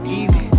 easy